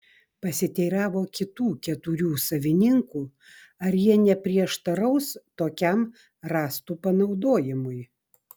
pasiteiravo kitų keturių savininkų ar jie neprieštaraus tokiam rąstų panaudojimui